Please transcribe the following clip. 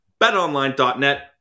BetOnline.net